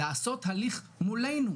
לעשות הליך מולנו,